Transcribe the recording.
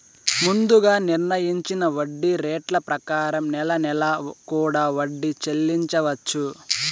ముందుగా నిర్ణయించిన వడ్డీ రేట్ల ప్రకారం నెల నెలా కూడా వడ్డీ చెల్లించవచ్చు